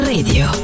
Radio